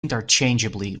interchangeably